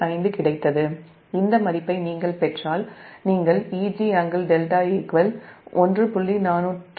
5 கிடைத்தது இந்த மதிப்பை நீங்கள் பெற்றால் நீங்கள் Eg∟δ 1